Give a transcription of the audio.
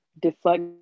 deflect